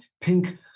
pink